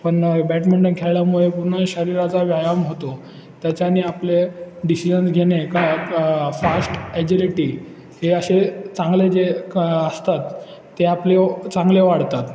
पण बॅडमिंटन खेळल्यामुळे पूर्ण शरीराचा व्यायाम होतो त्याच्याने आपले डिसिजन्स घेणे का फास्ट ॲजिलिटी हे असे चांगले जे क असतात ते आपले ओ चांगले वाढतात